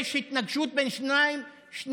יש התנגשות בין שני מסלולים,